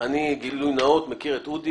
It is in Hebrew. אני, גילוי נאות, מכיר את אודי.